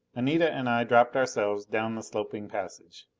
anita and i dropped ourselves down the sloping passage.